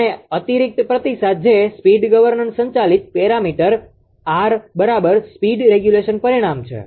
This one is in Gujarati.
અને આ અતિરિક્ત પ્રતિસાદ જે સ્પીડ ગવર્નર સંચાલિત પેરામીટર આર બરાબર સ્પીડ રેગ્યુલેશન પરિમાણ છે આ પ્રતિસાદ લેવામાં આવે છે